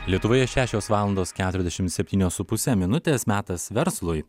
lietuvoje šešios valandos keturiasdešimt septynios su puse minutės metas verslui